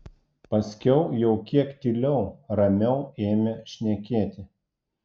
paskiau jau kiek tyliau ramiau ėmė šnekėti